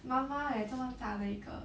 MAMA eh 怎么大的一个